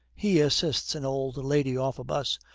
he assists an old lady off a bus,